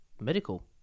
Medical